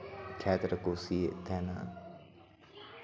ᱠᱷᱮᱛ ᱨᱮᱠᱚ ᱥᱤᱭᱮᱫ ᱛᱟᱦᱮᱸᱱᱟ